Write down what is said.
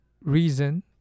Reason